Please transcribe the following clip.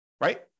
right